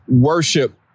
worship